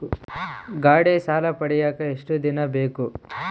ಗಾಡೇ ಸಾಲ ಪಡಿಯಾಕ ಎಷ್ಟು ದಿನ ಬೇಕು?